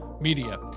media